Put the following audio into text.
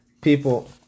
people